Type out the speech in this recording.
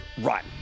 run